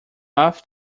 off